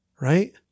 Right